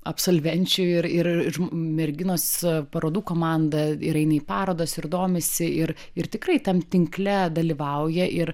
absolvenčių ir ir merginos parodų komanda ir eina į parodas ir domisi ir ir tikrai tam tinkle dalyvauja ir